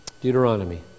Deuteronomy